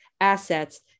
assets